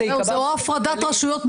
ייקבע --- זו הפרדת רשויות מוחלטת,